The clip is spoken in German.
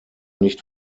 nicht